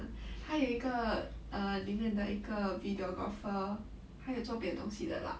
他有一个 err 里面的一个 videographer 他有做别的东西的 lah